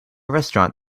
restaurant